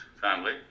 family